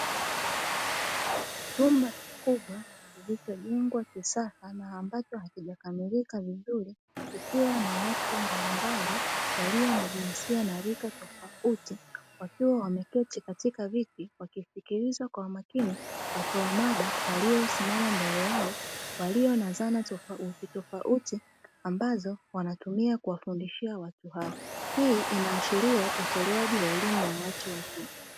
Chumba kikubwa kilichojengwa cha kisasa na ambacho hakijakamilika vizuri kikiwa na watu mbalimbali walio na jinsia na rika tofauti, wakiwa wameketi katika viti wakisikiliza kwa makini watoa mada waliosimama mbele yao walio na zana tofauti tofauti ambazo wanatumia kuwafundishia watu hao, hii inaashiria utolewaji wa elimu ya watu wazima.